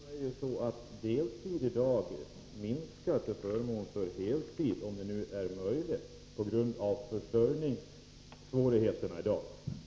Fru talman! Deltidsarbetet minskar till förmån för heltidsarbete, om det är möjligt, på grund av försörjningssvårigheterna i dag.